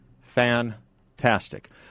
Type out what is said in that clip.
Fantastic